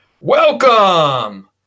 Welcome